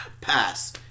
pass